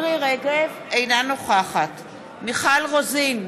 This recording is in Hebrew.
אינה נוכחת מיכל רוזין,